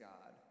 God